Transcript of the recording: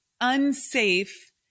unsafe